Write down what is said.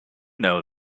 know